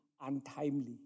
untimely